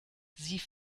sie